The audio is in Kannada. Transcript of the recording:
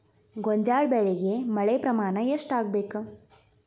ಗೋಂಜಾಳ ಬೆಳಿಗೆ ಮಳೆ ಪ್ರಮಾಣ ಎಷ್ಟ್ ಆಗ್ಬೇಕ?